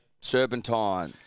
Serpentine